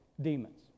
demons